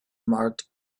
marked